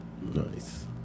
Nice